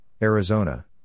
Arizona